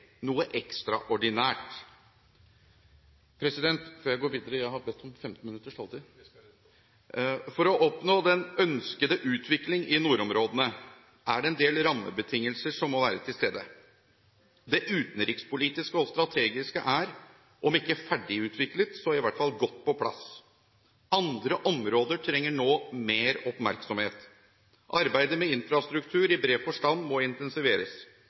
noe mer, noe ekstraordinært. For å oppnå den ønskede utvikling i nordområdene er det en del rammebetingelser som må være til stede. Det utenrikspolitiske og strategiske er, om ikke ferdig utviklet, så i hvert fall godt på plass. Andre områder trenger nå mer oppmerksomhet. Arbeidet med infrastruktur i bred forstand må intensiveres.